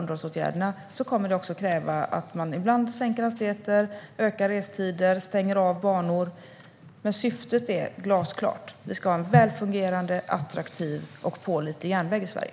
Underhållsåtgärder kräver att man ibland sänker hastigheter, ökar restider och stänger av banor. Syftet är glasklart: Vi ska ha en väl fungerande, attraktiv och pålitlig järnväg i Sverige.